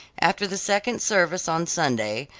after the second service on sunday,